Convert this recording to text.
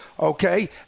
okay